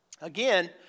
Again